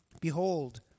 Behold